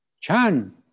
Chan